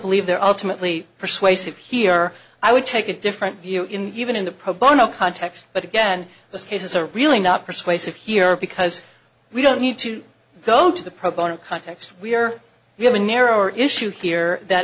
believe their ultimate lee persuasive here i would take a different view in even in the pro bono context but again this case is a really not persuasive here because we don't need to go to the proponent context we are we have a narrower issue here that